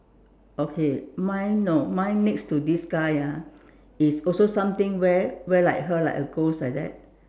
okay mine no mine next to this guy ah is also something wear like her like that wear like a ghost like that